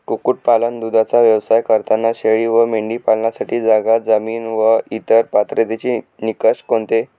कुक्कुटपालन, दूधाचा व्यवसाय करताना शेळी व मेंढी पालनासाठी जागा, जमीन व इतर पात्रतेचे निकष कोणते?